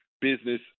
business